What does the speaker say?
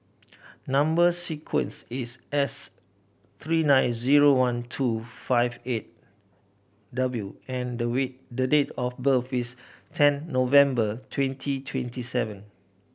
number sequence is S three nine zero one two five eight W and the way the date of birth is ten November twenty twenty seven